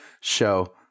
show